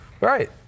Right